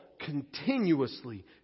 continuously